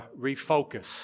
refocus